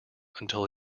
until